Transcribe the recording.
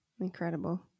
incredible